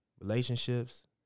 relationships